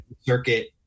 circuit